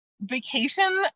vacation